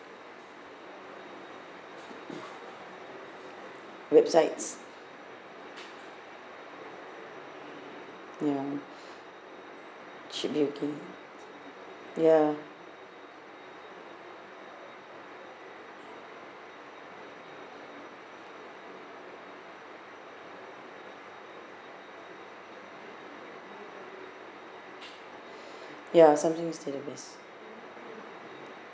websites ya should be okay ya ya some things to the best